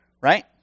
Right